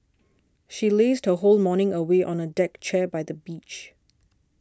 she lazed her whole morning away on a deck chair by the beach